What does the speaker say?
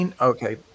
Okay